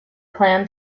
plan